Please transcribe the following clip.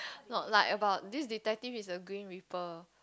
not like about this detective is a grim reaper